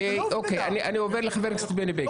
אני עובר לחבר הכנסת בני בגין.